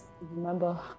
remember